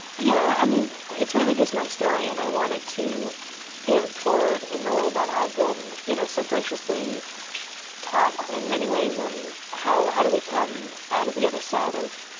yeah. i mean, it's really just my story. and i wanted to pay it forward in the way that i've been, you know, so graciously taught in many ways on how how do we come out of the other side of,